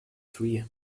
three